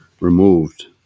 Removed